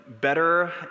better